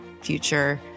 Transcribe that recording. future